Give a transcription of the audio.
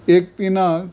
एक पिनाग्र